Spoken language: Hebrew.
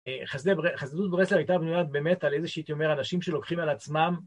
חסדות ברסלב הייתה בנויה באמת על איזה הייתי אומר, אנשים שלוקחים על עצמם